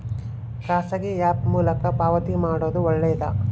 ಖಾಸಗಿ ಆ್ಯಪ್ ಮೂಲಕ ಪಾವತಿ ಮಾಡೋದು ಒಳ್ಳೆದಾ?